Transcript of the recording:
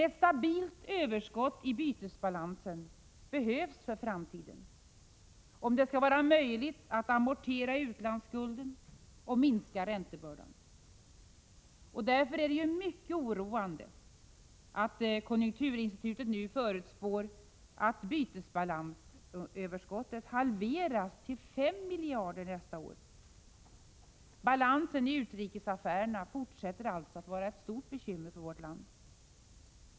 Ett stabilt överskott i bytesbalansen behövs för framtiden om det skall vara möjligt att amortera utlandsskulden och minska räntebördan. Därför är det mycket oroande att konjunkturinstitutet nu förutspår att bytesbalansöverskottet halveras till 5 miljarder nästa år. Balansen i utrikesaffärerna fortsätter alltså att vara ett stort bekymmer för vårt land.